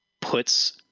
puts